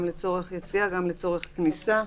גם לצורך יציאה, גם לצורך כניסה.